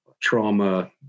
trauma